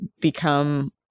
become